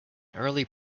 early